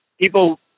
people